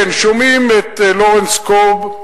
כן, שומעים את לורנס קורב,